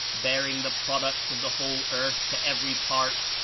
bear ing the products of the whole earth to every part,